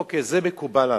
אוקיי, זה מקובל עלי.